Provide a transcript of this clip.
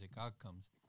outcomes